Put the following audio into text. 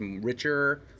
richer